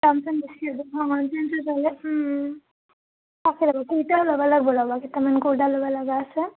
কুৰ্তাও ল'ব লাগিব ল'ব কেইটামান কুৰ্তা ল'ব লগা আছে